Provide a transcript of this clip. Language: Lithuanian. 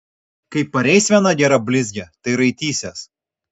kai pareis viena gera blizgė tai raitysies